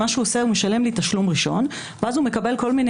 הוא משלם לי תשלום ראשון ואז הוא מקבל כל מיני